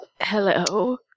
Hello